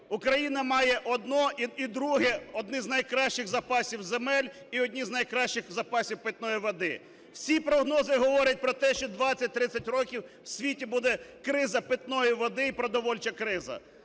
Україна має одне і друге, один з найкращих запасів земель і один з найкращих запасів питної води. Всі прогнози говорять про те, що 20-30 років – у світі буде криза питної води і продовольча криза.